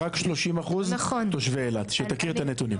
ואז בשנה השנייה והשלישית הוא יקבל את "ממדים ללימודים".